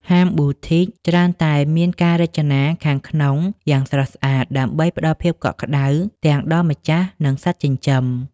ហាង Boutique ច្រើនតែមានការរចនាខាងក្នុងយ៉ាងស្រស់ស្អាត ដើម្បីផ្ដល់ភាពកក់ក្ដៅទាំងដល់ម្ចាស់ និងសត្វចិញ្ចឹម។